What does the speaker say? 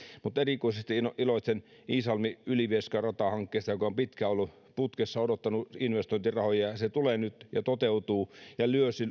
mutta erikoisesti iloitsen iisalmi ylivieska ratahankkeesta joka on pitkään ollut putkessa odottanut investointirahoja se tulee nyt ja toteutuu ja